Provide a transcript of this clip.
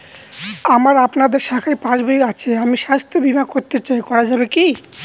আমার আপনাদের শাখায় পাসবই আছে আমি স্বাস্থ্য বিমা করতে চাই করা যাবে কি?